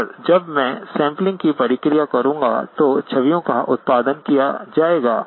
और जब मैं सैंपलिंग की प्रक्रिया करूंगा तो छवियों का उत्पादन किया जाएगा